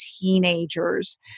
teenagers